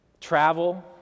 Travel